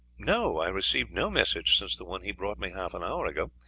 no, i received no message since the one he brought me half an hour ago,